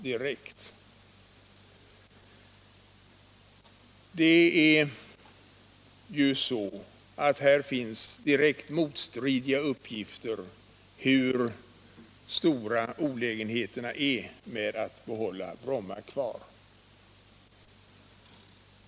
Det är uppenbart så att det föreligger motstridiga uppgifter om hur stora olägenheterna är med att behålla Bromma.